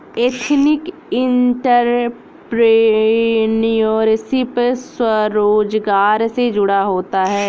ethnic entrepreneurship स्वरोजगार से जुड़ा होता है